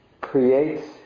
creates